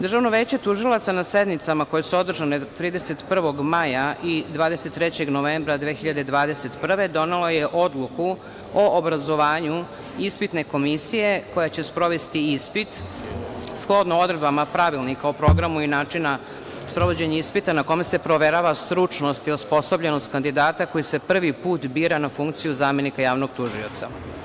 Državno veće tužilaca na sednicama koje su održane 31. maja i 23. novembra 2021. godine, donelo je Odluku o obrazovanju ispitne komisije koja će sprovesti ispit, shodno odredbama Pravilnika o programu i načinu sprovođenje ispita na kome se proverava stručnost i osposobljenost kandidata koji se prvi put bira na funkciju zamenika javnog tužioca.